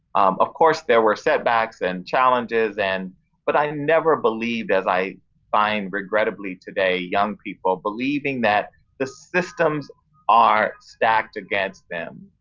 of course, there were setbacks and challenges, and but i never believed as i find regrettably today, young people believing that the systems are stacked against them,